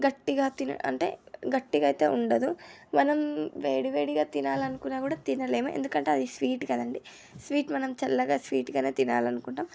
గట్టిగా తిన అంటే గట్టిగా అయితే ఉండదు మనం వేడివేడిగా తినాలనుకున్నా కూడా తినలేము ఎందుకంటే అది స్వీట్ కదండి స్వీట్ మనం చల్లగా స్వీట్గానే తినాలనుకుంటాం